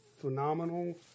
phenomenal